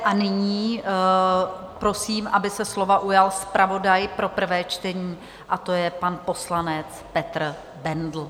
A nyní prosím, aby se slova ujal zpravodaj pro prvé čtení, a to je pan poslanec Petr Bendl.